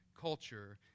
culture